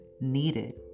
needed